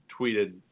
tweeted